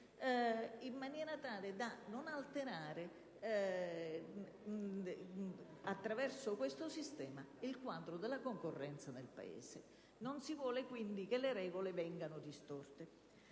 in maniera tale da non alterare, attraverso questo sistema, il quadro della concorrenza nel Paese. Non si vuole, quindi, che le regole vengano distorte.